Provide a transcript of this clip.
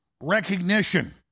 recognition